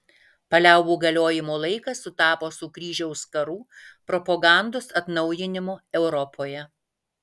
paliaubų galiojimo laikas sutapo su kryžiaus karų propagandos atnaujinimu europoje